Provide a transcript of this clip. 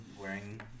wearing